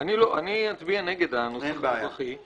אני אצביע נגד הנוסח הנוכחי.